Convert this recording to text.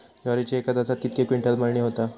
ज्वारीची एका तासात कितके क्विंटल मळणी होता?